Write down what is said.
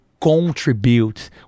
contribute